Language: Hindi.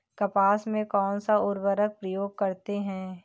कपास में कौनसा उर्वरक प्रयोग करते हैं?